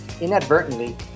inadvertently